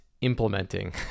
implementing